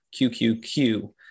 QQQ